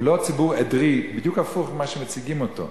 הוא לא ציבור עדרי, בדיוק הפוך ממה שמציגים אותו.